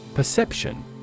Perception